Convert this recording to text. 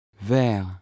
vert